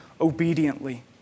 obediently